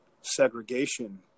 segregation